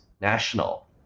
national